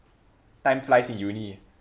time flies in uni